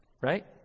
right